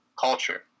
culture